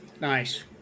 Nice